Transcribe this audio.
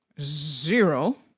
zero